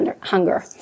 hunger